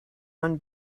one